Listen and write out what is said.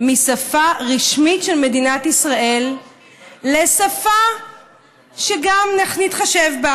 משפה רשמית של מדינת ישראל לשפה שגם נתחשב בה,